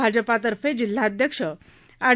भाजपातर्फे जिल्हाध्यक्ष एड